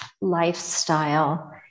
lifestyle